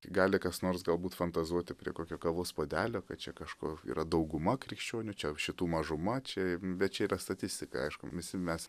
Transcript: gali kas nors galbūt fantazuoti prie kokio kavos puodelio kad čia kažkur yra dauguma krikščionių čia šitų mažuma čia bet čia yra statistika aišku visi mes